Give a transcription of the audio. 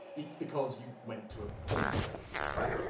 it's because you went to a porn site. right?